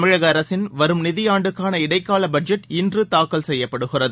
தமிழக அரசின் வரும் நிதியாண்டுக்கான இடைக்கால பட்ஜெட் இன்று தாக்கல் செய்யப்படுகிறது